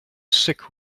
sick